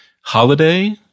Holiday